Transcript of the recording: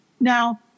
Now